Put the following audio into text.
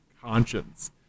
conscience